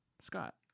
scott